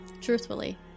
truthfully